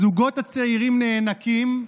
הזוגות הצעירים נאנקים,